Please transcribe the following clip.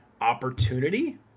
opportunity